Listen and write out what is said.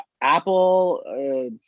Apple